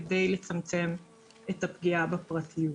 כדי לצמצם את הפגיעה בפרטיות.